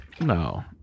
No